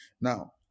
Now